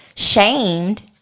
shamed